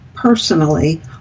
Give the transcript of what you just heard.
personally